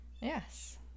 Yes